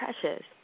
precious